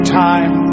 time